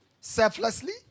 selflessly